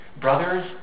Brothers